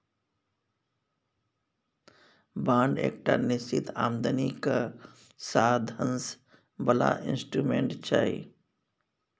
bond एकटा निश्चित आमदनीक साधंश बला इंस्ट्रूमेंट छै